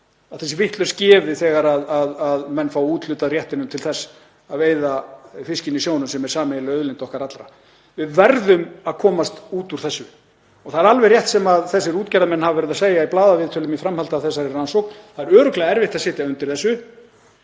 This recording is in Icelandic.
sé vitlaust gefið þegar menn fá úthlutað réttinum til þess að veiða fiskinn í sjónum sem er sameiginleg auðlind okkar allra. Við verðum að komast út úr þessu og það er alveg rétt sem þessir útgerðarmenn hafa verið að segja í blaðaviðtölum í framhaldi af þessari rannsókn, það er örugglega erfitt að sitja undir þessu,